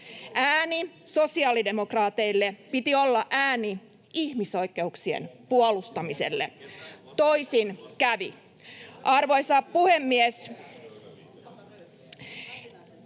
Ääni sosiaalidemokraateille piti olla ääni ihmisoikeuksien puolustamiselle. [Kimmo Kiljunen: